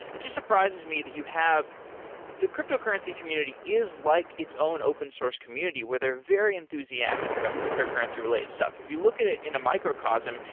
it just surprises me that you have the cryptocurrency community is like its own open source community where they're very enthusiastic about cryptocurrency related. if you look at it in a microcosm,